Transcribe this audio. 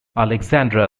alexandra